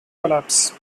collapse